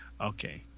Okay